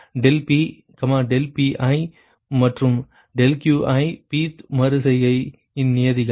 ∆P ∆Pi மற்றும் ∆Qi p th மறு செய்கையின் நியதிகள்